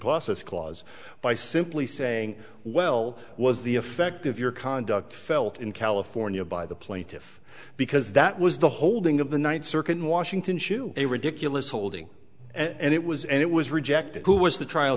process clause by simply saying well was the effect of your conduct felt in california by the plaintiffs because that was the holding of the ninth circuit in washington shoe a ridiculous holding and it was and it was rejected who was the trial